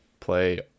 play